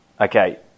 okay